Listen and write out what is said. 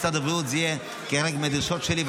משרד הבריאות זה יהיה כחלק מהדרישות שלי.